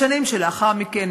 בשנים שלאחר מכן,